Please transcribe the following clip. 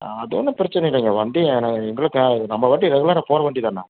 அது ஒன்றும் பிரச்சனை இல்லைங்க வண்டி ஆனால் எங்களுக்கு நம்ம வண்டி ரெகுலராக போகற வண்டிதான்ண்ணா